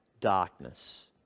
darkness